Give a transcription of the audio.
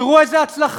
תראו איזו הצלחה: